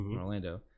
orlando